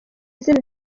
izina